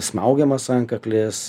smaugiamas antkaklis